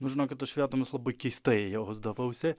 nu žinokit aš vietomis labai keistai jausdavausi